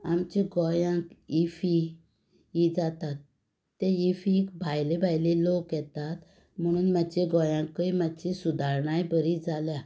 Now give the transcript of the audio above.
आमच्या गोंयान इफी ही जाता त्या इफी भायले भायले लोक येतात म्हणून गोंयान मातशी सुदारणाय बरी जाल्या